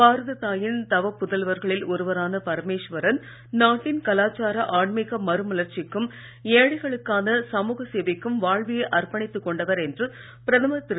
பாரத தாயின் தவப்புதல்வர்களில் ஒருவரான பரமேஸ்வரன் நாட்டின் கலாச்சார ஆன்மீக மறுமலர்ச்சிக்கும் ஏழைகளுக்கான சமூக சேவைக்கும் வாழ்வையே அர்ப்பணித்துக் கொண்டவர் என்று பிரதமர் திரு